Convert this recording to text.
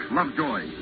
Lovejoy